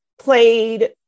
played